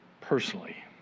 personally